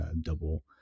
double